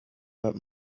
bit